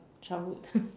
childhood